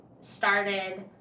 started